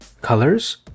Colors